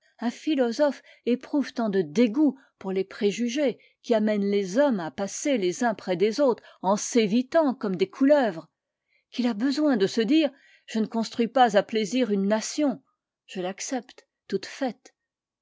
un philosophe éprouve tant de dégoût pour les préjugés qui amènent les hommes à passer les uns près des autres en s'évitant comme des couleuvres qu'il a besoin de se dire je ne construis pas à plaisir une nation je l'accepte toute faite